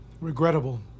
regrettable